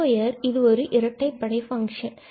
x2 இது ஒரு இரட்டைப்படை பங்க்ஷன்